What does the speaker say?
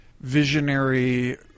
visionary